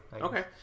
Okay